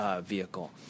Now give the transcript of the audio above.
vehicle